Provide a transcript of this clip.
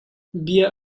bia